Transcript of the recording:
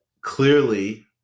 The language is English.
clearly